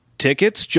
Tickets